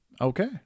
Okay